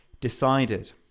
decided